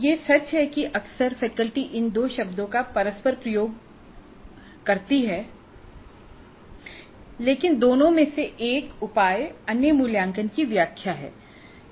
यह सच है कि अक्सर फैकल्टी इन दो शब्दों का परस्पर उपयोग करती है लेकिन दोनो मे से एक उपाय और अन्य मूल्यांकन की व्याख्या है